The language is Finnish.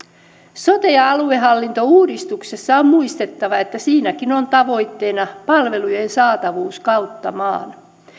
sote ja aluehallintouudistuksessa on muistettava että siinäkin on tavoitteena palvelujen saatavuus kautta maan